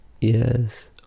yes